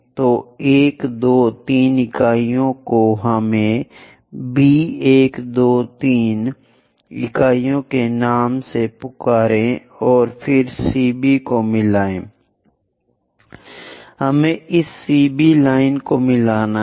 तो 1 2 3 इकाइयाँ को हमें B 1 2 3 इकाइयों के नाम से पुकारें और फिर CB को मिलाये हमें इस CB लाइन को मिलाना है